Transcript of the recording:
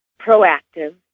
proactive